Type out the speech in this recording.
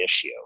issue